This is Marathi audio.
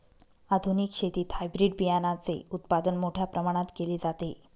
आधुनिक शेतीत हायब्रिड बियाणाचे उत्पादन मोठ्या प्रमाणात केले जाते